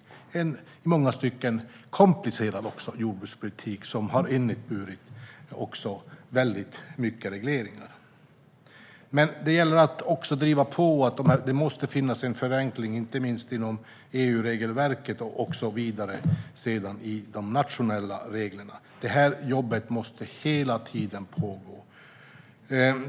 Det är en i många stycken komplicerad jordbrukspolitik som också har inneburit väldigt många regleringar. Det gäller att driva på. Det måste finnas en förenkling, inte minst inom EU-regelverket och sedan vidare i de nationella reglerna. Detta jobb måste hela tiden pågå.